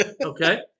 Okay